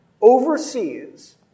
overseas